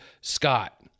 Scott